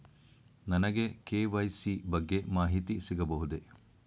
ನನಗೆ ಕೆ.ವೈ.ಸಿ ಬಗ್ಗೆ ಮಾಹಿತಿ ಸಿಗಬಹುದೇ?